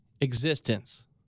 existence